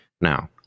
Now